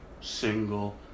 single